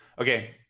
Okay